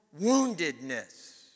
woundedness